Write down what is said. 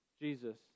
Jesus